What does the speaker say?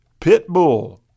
Pitbull